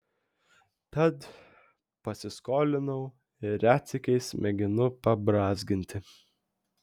tad pasiskolinau ir retsykiais mėginu pabrązginti